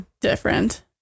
Different